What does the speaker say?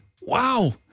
Wow